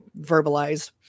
verbalize